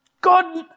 God